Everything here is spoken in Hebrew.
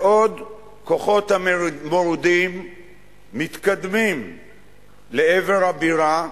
בעוד כוחות המורדים מתקדמים לעבר הבירה החל,